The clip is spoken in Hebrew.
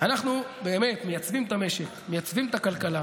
אנחנו באמת מייצבים את המשק, מייצבים את הכלכלה,